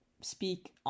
speak